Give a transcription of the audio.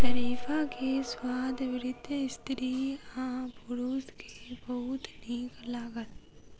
शरीफा के स्वाद वृद्ध स्त्री आ पुरुष के बहुत नीक लागल